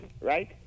right